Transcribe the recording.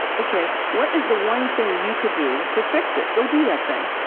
ok. what is the one thing you could do to fix it? go do that thing.